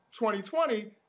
2020